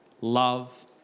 love